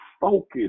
focus